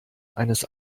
eines